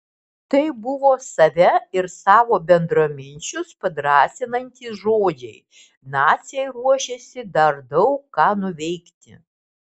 tai buvo save ir savo bendraminčius padrąsinantys žodžiai naciai ruošėsi dar daug ką nuveikti